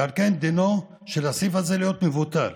ועל כן דינו של הסעיף הזה להיות מבוטל,